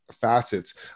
facets